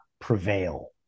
prevail